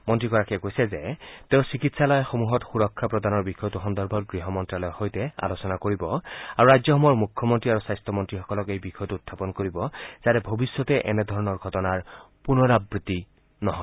মন্ত্ৰীগৰাকীয়ে কৈছে যে তেওঁ চিকিৎসালয়সমূহত সুৰক্ষা প্ৰদানৰ বিষয়টো সন্দৰ্ভত গৃহ মন্তালয়ৰ সৈতে আলোচনা কৰিব আৰু ৰাজ্যসমূহৰ মুখ্যমন্তী আৰু স্বাস্থ্য মন্ত্ৰীসকলক এই বিষয়টো উখাপন কৰিব যাতে ভৱিষ্যতে এনেধৰণৰ ঘটনাৰ পূনৰাবৃত্তি নহয়